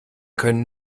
können